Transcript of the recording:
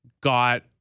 got